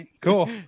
Cool